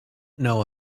know